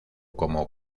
cómo